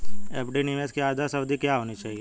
FD निवेश की आदर्श अवधि क्या होनी चाहिए?